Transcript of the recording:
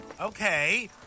okay